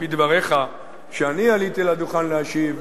על-פי דבריך, שאני עליתי לדוכן להשיב.